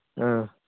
ꯑ